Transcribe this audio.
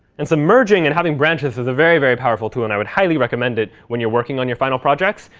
and so merging and having branches is a very, very powerful tool. and i would highly recommend it when you're working on your final projects.